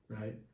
right